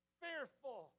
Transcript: fearful